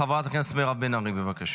חברת הכנסת מירב בן ארי, בבקשה.